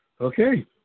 Okay